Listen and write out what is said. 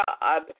God